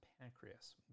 pancreas